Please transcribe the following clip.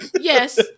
Yes